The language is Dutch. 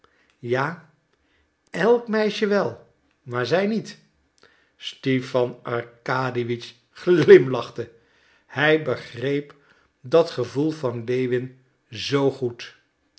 ja elk meisje wel maar zij niet stipan arkadiewitsch glimlachte hij begreep dat gevoel van lewin zoo goed